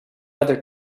other